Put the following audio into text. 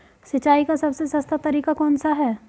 सिंचाई का सबसे सस्ता तरीका कौन सा है?